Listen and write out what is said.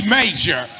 major